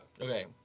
okay